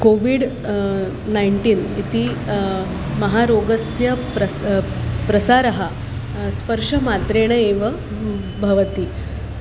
COVID nineteen इति महारोगस्य प्रस प्रसारः स्पर्शमात्रेण एव भवति